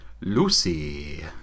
Lucy